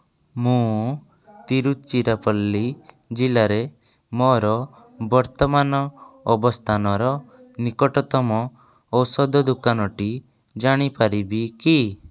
ମୁଁ ତିରୁଚିରାପଲ୍ଲୀ ଜିଲ୍ଲାରେ ମୋର ବର୍ତ୍ତମାନ ଅବସ୍ଥାନର ନିକଟତମ ଔଷଧ ଦୋକାନଟି ଜାଣିପାରିବି କି